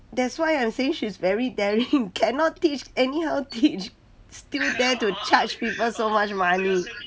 that's why I'm saying she's very daring cannot teach anyhow teach still dare to charge people so much money